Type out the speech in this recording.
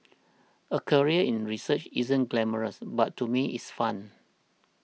a career in research isn't glamorous but to me it's fun